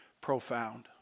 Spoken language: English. profound